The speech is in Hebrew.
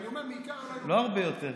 לא הרבה יותר.